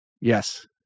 yes